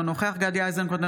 אינו נוכח גדי איזנקוט,